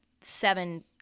seven